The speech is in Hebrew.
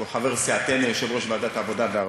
שהוא חבר סיעתנו, יושב-ראש ועדת העבודה והרווחה.